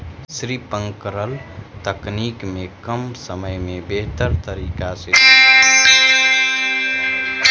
sprinkler तकनीक में कम समय में बेहतर तरीका से सींचाई हो जा हइ